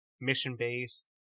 mission-based